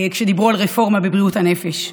כשדיברו על רפורמה בבריאות הנפש.